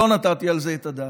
לא נתתי על זה את הדעת,